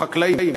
החקלאים,